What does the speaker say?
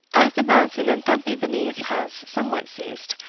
as the bouncing and thumping beneath has somewhat ceased,